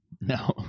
No